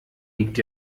liegt